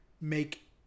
make